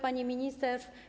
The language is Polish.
Pani Minister!